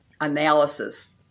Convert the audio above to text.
analysis